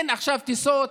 אין עכשיו טיסות.